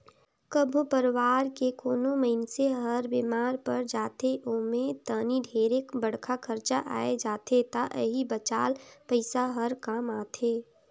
कभो परवार के कोनो मइनसे हर बेमार पर जाथे ओम्हे तनिक ढेरे बड़खा खरचा आये जाथे त एही बचाल पइसा हर काम आथे